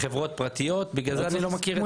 חברות פרטיות בגלל זה אני לא מכיר את זה.